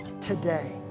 today